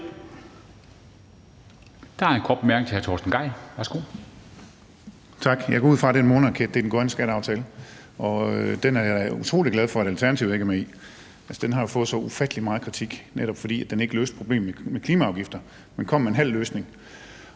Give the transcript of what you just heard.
Der er en kort bemærkning til hr. Torsten Gejl. Værsgo. Kl. 17:55 Torsten Gejl (ALT): Tak. Jeg går ud fra, at den måneraket er den grønne skatteaftale, og den er jeg utrolig glad at Alternativet ikke er med i. Den har fået så ufattelig meget kritik, netop fordi den ikke løste problemet med klimaafgifter, men kom med en halv løsning.